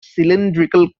cylindrical